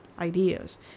ideas